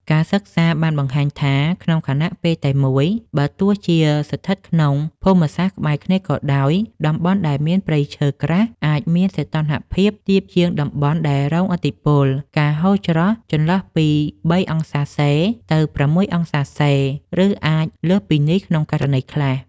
ការសិក្សាបានបង្ហាញថា ក្នុងខណៈពេលតែមួយ បើទោះជាស្ថិតក្នុងភូមិសាស្ត្រក្បែរគ្នាក៏ដោយ តំបន់ដែលមានព្រៃឈើក្រាស់អាចមានសីតុណ្ហភាពទាបជាងតំបន់ដែលរងឥទ្ធិពល ការហូរច្រោះ ចន្លោះពី ៣°C ទៅ ៦°C ឬអាចលើសពីនេះក្នុងករណីខ្លះ។